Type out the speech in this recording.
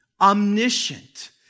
omniscient